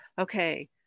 okay